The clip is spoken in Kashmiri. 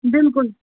بِلکُل